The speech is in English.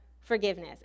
forgiveness